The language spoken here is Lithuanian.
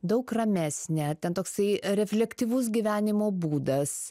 daug ramesnė ten toksai refleksyvus gyvenimo būdas